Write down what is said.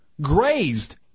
grazed